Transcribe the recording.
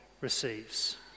receives